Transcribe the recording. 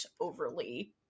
overly